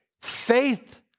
faith